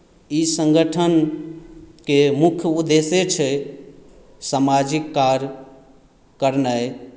ई सङ्गठनके मुख्य उद्देश्ये छै सामाजिक कार्य करनाइ